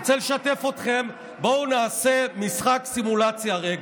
אני רוצה לשתף אתכם, בואו נעשה משחק סימולציה רגע.